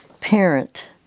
parent